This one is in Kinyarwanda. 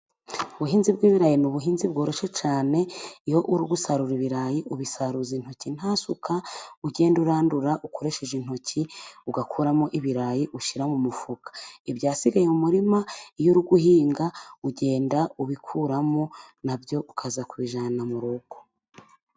Ubuhinzi bw'ibirayi ni ubuhinzi bworoshye cyane. Iyo uri gusarura ibirayi ubisaruza intoki nta suka. Ugenda urandura ukoresheje intoki, ugakuramo ibirayi ushyira mu mufuka. Ibyasigaye mu murima iyo uri guhinga ugenda ubikuramo na byo, ukaza kubijyana mu rugo.